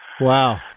Wow